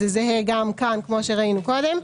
זה זהה גם כאן, כמו שראינו קודם.